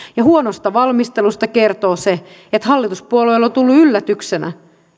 huonosta valmistelusta kertoo se että hallituspuolueille on tullut yllätyksenä